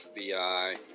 FBI